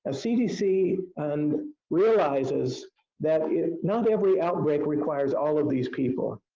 ah cdc and realizes that not every outbreak requires all of these people,